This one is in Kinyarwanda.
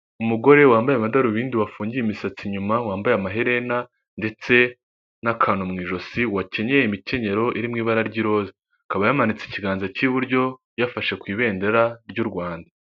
Umugore wambaye amadarubindi wafungiye imisatsi inyuma, wambaye amaherena ndetse n'akantu mu ijosi, wakenyeye imikenyerero iri mu ibara ry'iroza, akaba yamanitse ikiganza k'iburyo yafashe ku ibendera ry'U rwanda.